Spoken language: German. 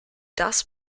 das